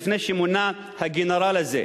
לפני שמונה הגנרל הזה.